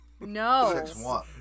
No